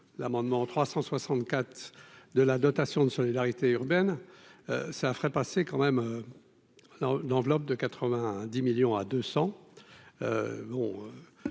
l'amendement 364 de la dotation de solidarité urbaine, ça ferait passer quand même non d'enveloppe de 90 millions à 200